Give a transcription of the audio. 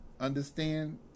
understand